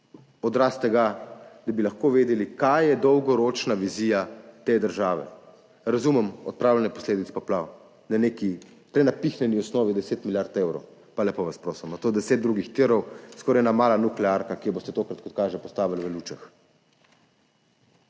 odraz tega, da bi lahko vedeli, kaj je dolgoročna vizija te države. Razumem, odpravljanje posledic poplav na neki prenapihnjeni osnovi 10 milijard evrov. Pa lepo vas prosim, to je deset drugih tirov, skoraj ena mala nuklearka, ki jo boste tokrat, kot kaže, postavili v Lučah.